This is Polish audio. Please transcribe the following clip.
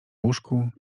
łóżku